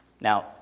Now